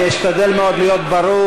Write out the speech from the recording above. אני אשתדל מאוד להיות ברור.